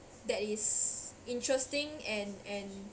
that is interesting and and